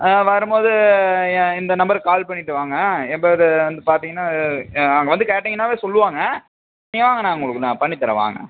ஆ வரும்போது ஏன் இந்த நம்பருக்கு கால் பண்ணிட்டு வாங்க என் பேர் வந்து பார்த்திங்கன்னா அங்கே வந்து கேட்டிங்கன்னாவே சொல்லுவாங்கள் நீங்கள் வாங்க நான் உங்களுக்கு நான் பண்ணித்தரேன் வாங்க